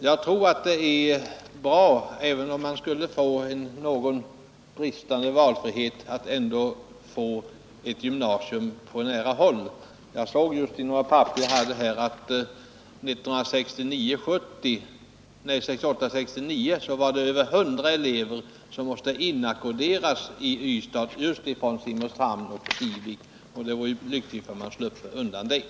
Jag tror att det är bra, även om man skulle få en något bristande valfrihet, att få ett högstadium på nära håll. Jag såg just i några papper som jag har här att det 1968/69 var över 100 elever från Simrishamn och Kivik som måste inackorderas i Ystad. Det vore ju lyckligt om man sluppe undan det.